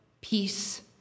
peace